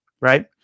right